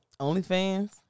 OnlyFans